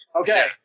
Okay